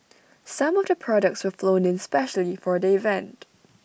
some of the products were flown in specially for the event